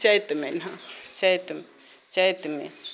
चैत महीना चैतमे चैतमे